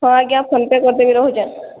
ହଁ ଆଜ୍ଞା PhonePe କରିଦେବି ରହୁଛେ